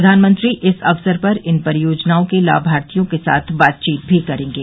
प्रधानमंत्री इस अवसर पर इन परियोजनाओं के लाभार्थियों के साथ बातचीत भी करेंगे